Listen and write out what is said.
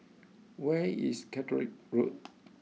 where is Caterick Road